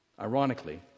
Ironically